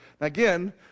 Again